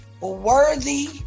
worthy